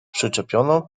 przyczepioną